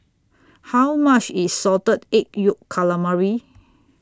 How much IS Salted Egg Yolk Calamari